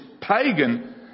pagan